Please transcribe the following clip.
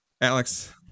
Alex